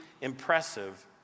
impressive